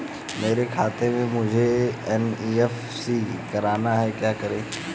मेरे खाते से मुझे एन.ई.एफ.टी करना है क्या करें?